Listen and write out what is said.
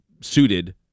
suited